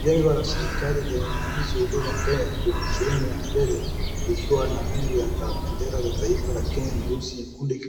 Jengo la serikali lenye maandishi Huduma Kenya kwenye sehemu ya mbele, ikiwa na rangi ya bendera ya taifa la Kenya; nyeusi, nyekundi,